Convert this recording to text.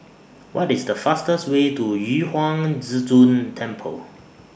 What IS The fastest Way to Yu Huang Zhi Zun Temple